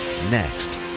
Next